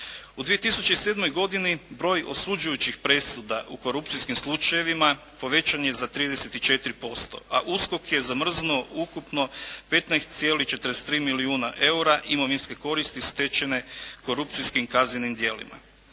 U 2007. godini broj osuđujućih presuda u korupcijskim slučajevima povećan je za 34%, a USKOK je zamrznuo ukupno 15,43 milijuna kuna imovinske koristi stečene korupcijskim kaznenim djelima.